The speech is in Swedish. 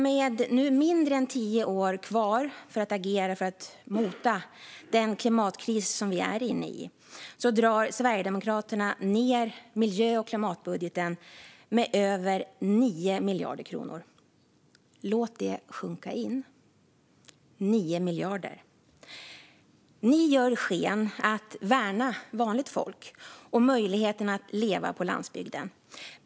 Med mindre än tio år kvar på oss att agera för att mota den klimatkris som vi är inne i drar Sverigedemokraterna nämligen ned miljö och klimatbudgeten med över 9 miljarder kronor. Låt det sjunka in - 9 miljarder. Ni ger sken av att värna vanligt folk och möjligheten att leva på landsbygden.